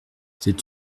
c’est